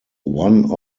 one